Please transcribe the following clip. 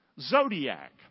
Zodiac